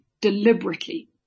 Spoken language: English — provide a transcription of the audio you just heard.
deliberately